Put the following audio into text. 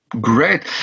Great